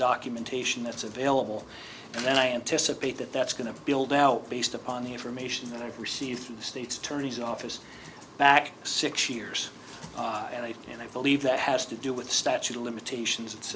documentation that's available and then i anticipate that that's going to build out based upon the information that i received from the state's attorney's office back six years and i think and i believe that has to do with the statute of limitations